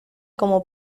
como